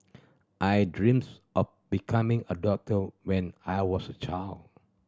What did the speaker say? I dreams of becoming a doctor when I was a child